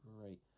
great